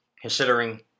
considering